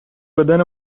بدن